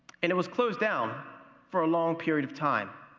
and it was closed down for a long period of time,